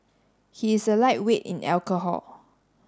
he is a lightweight in alcohol